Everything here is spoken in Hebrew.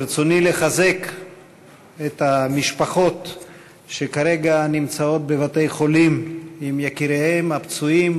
ברצוני לחזק את המשפחות שכרגע נמצאות בבתי-חולים עם יקיריהן הפצועים,